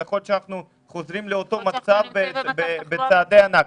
ויכול להיות שאנחנו חוזרים לאותו מצב בצעדי ענק.